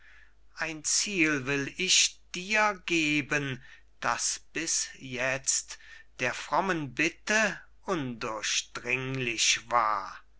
ein ziel will ich dir geben das bis jetzt der frommen bitte undurchdringlich war